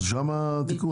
שם התיקון?